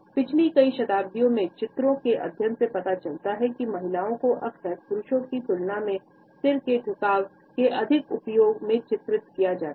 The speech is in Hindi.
पिछली कई शताब्दियों में चित्रों के अध्ययन से पता चलता है कि महिलाओं को अक्सर पुरुषों की तुलना में सिर के झुकाव के अधिक उपयोग में चित्रित किया जाता है